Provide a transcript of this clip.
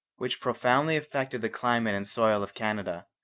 which profoundly affected the climate and soil of canada,